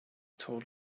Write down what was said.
told